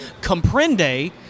comprende